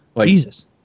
Jesus